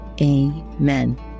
amen